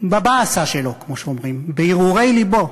בבאסה שלו, כמו שאומרים, בהרהורי לבו.